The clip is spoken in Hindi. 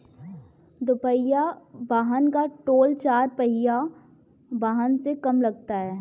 दुपहिया वाहन का टोल चार पहिया वाहन से कम लगता है